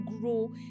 grow